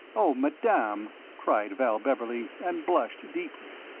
oh, madame, cried val beverley and blushed deeply.